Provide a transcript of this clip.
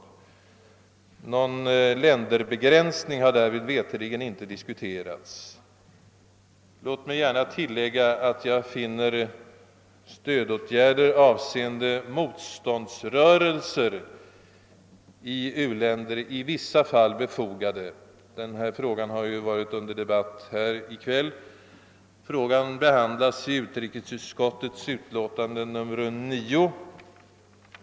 Någon länderbegränsing har därvid veterligen inte diskuterats. Jag vill gärna tillägga att jag finner stödåtgärder avseende motståndsrörelser i u-länder i vissa fall befogade. Frågan har ju varit under debatt här i kväll, och den behandlas i utrikesutskottets utlåtande nr 9.